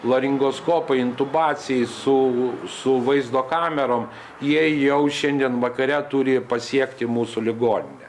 laringoskopai intubacijai su su vaizdo kamerom jie jau šiandien vakare turi pasiekti mūsų ligoninę